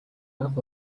анх